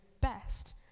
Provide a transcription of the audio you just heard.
best